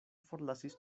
forlasis